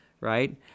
right